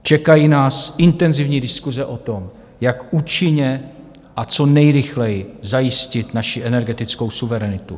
Čekají nás intenzivní diskuse o tom, jak účinně a co nejrychleji zajistit naši energetickou suverenitu.